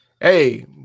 Hey